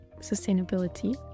sustainability